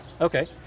okay